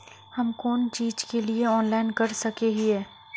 हम कोन चीज के लिए ऑनलाइन कर सके हिये?